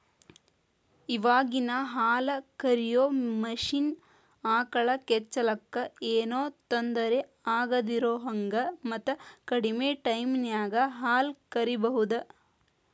ಇವಾಗಿನ ಹಾಲ ಕರಿಯೋ ಮಷೇನ್ ಆಕಳ ಕೆಚ್ಚಲಕ್ಕ ಏನೋ ತೊಂದರೆ ಆಗದಿರೋಹಂಗ ಮತ್ತ ಕಡಿಮೆ ಟೈಮಿನ್ಯಾಗ ಹಾಲ್ ಕರಿಬಹುದು